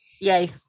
Yay